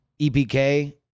EPK